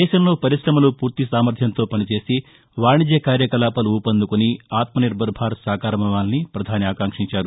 దేశంలో పర్కాశమలు ఫూర్తి సామర్భ్యంతో పనిచేసి వాణిజ్య కార్యకలాపాలు ఊపందుకుని ఆత్మనిర్బర్ భారత్ సాకారమవ్వాలని పధాని ఆకాంక్షించారు